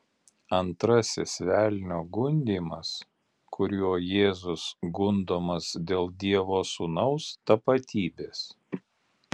antrasis velnio gundymas kuriuo jėzus gundomas dėl dievo sūnaus tapatybės